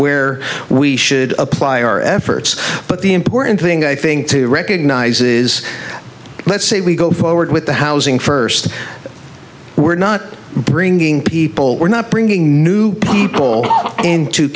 where we should apply our efforts but the important thing i think to recognise is let's say we go forward with the housing first we're not bringing people we're not bringing new people